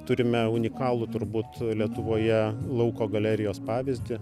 turime unikalų turbūt lietuvoje lauko galerijos pavyzdį